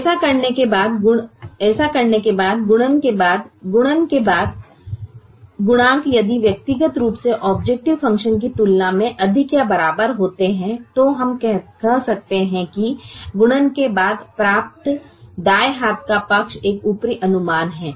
और ऐसा करने के बाद गुणन के बाद गुणांक यदि व्यक्तिगत रूप से ऑबजेकटिव फ़ंक्शन की तुलना में अधिक या बराबर होते हैं तो हम कह सकते हैं कि गुणन के बाद प्राप्त दाएं हाथ का पक्ष एक ऊपरी अनुमान है